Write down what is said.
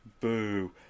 boo